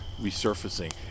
resurfacing